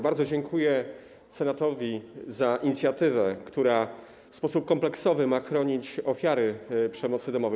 Bardzo dziękuję Senatowi za inicjatywę, która w sposób kompleksowy ma chronić ofiary przemocy domowej.